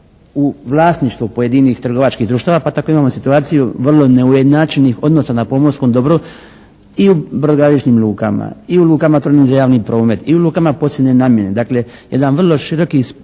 u vlasništvu pojedinih trgovačkih društava pa tako imamo situaciju vrlo neujednačenih odnosa na pomorskom dobru i u brodogradilišnim lukama, i u lukama otvorenih za javni promet i u lukama posebne namjene. Dakle jedan vrlo široki